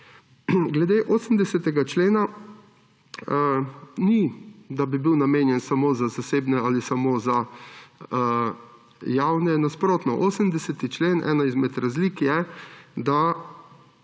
Glede 80. člena ni, da bi bil namenjen samo za zasebne ali samo za javne; nasprotno, ena izmed razlik 80.